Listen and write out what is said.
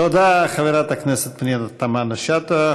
תודה, חברת הכנסת פנינה תמנו-שטה.